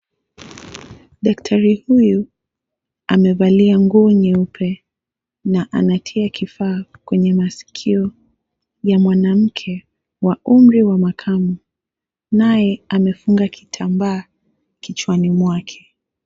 Daktari huyu amevalia nguo nyeupe na anatia kifaa kwenye maskio ya mwanamke mwenye umri wa makamo, naye amefunga kitambaa kichwani mwake.